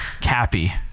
Cappy